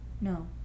No